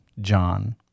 John